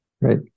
Right